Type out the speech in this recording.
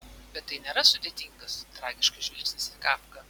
bet tai nėra sudėtingas tragiškas žvilgsnis į kafką